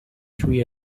three